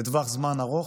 לטווח זמן ארוך,